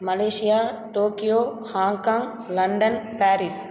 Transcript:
Malaysia Tokyo Hong Kong London Paris